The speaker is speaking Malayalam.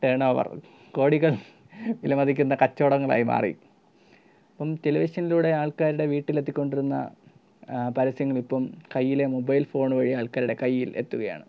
ടേൺഓവർ കോടികൾ വിലമതിക്കുന്ന കച്ചവടങ്ങളായി മാറി അപ്പം ടെലിവിഷനിലൂടെ ആൾക്കാരുടെ വീട്ടിൽ എത്തിക്കൊണ്ടിരുന്ന പരസ്യങ്ങൾ ഇപ്പം കയ്യിലെ മൊബൈൽ ഫോൺ വഴി ആൾക്കാരുടെ കയ്യിൽ എത്തുകയാണ്